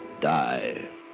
die